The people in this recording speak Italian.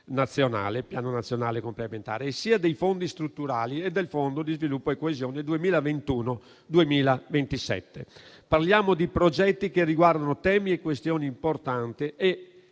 (Piano nazionale complementare), sia dei fondi strutturali e del Fondo di sviluppo e coesione 2021-2027. Parliamo di progetti che riguardano temi e questioni importanti,